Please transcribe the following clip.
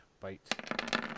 Bite